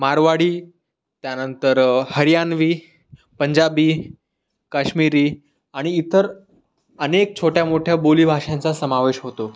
मारवाडी त्यानंतर हरियानवी पंजाबी काश्मिरी आणि इतर अनेक छोट्यामोठ्या बोलीभाषांचा समावेश होतो